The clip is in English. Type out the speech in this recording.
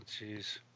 jeez